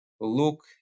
look